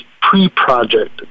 pre-project